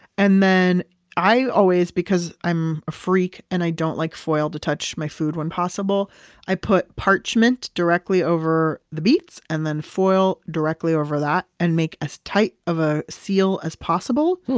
and then i always, because i'm a freak and i don't like foil to touch my food when possible i put parchment directly over the beets and then foil directly over that, and make as tight of a seal as possible.